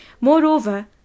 Moreover